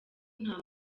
nta